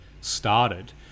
started